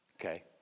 Okay